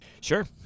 Sure